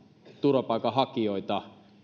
turvapaikanhakijoita